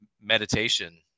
meditation